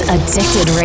Addicted